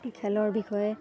খেলৰ বিষয়ে